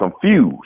confused